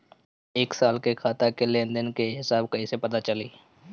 एक साल के खाता के लेन देन के हिसाब कइसे पता चली?